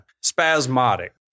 Spasmodic